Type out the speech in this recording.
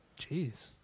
Jeez